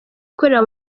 ikorera